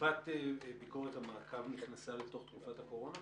תקופת ביקורת המעקב נכנסה אל תוך תקופת הקורונה?